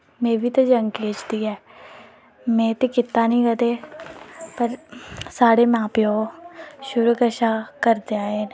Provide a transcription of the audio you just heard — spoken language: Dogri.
में बी ते यंग एज दी ते ऐ में ते कीता निं कदें पर साढ़े मां प्योऽ शुरू दा करदे आए न